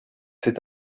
cet